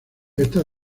estas